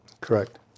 Correct